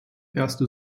erste